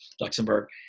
Luxembourg